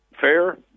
Fair